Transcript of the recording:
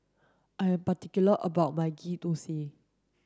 I am particular about my Ghee Thosai